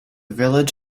village